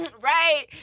right